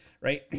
right